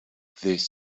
this